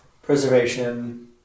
Preservation